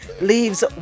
leaves